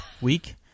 week